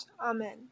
Amen